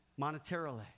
monetarily